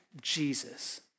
Jesus